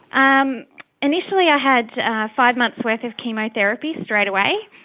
um initially i had five months' worth of chemotherapy straight away,